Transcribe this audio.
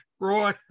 Roy